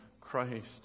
Christ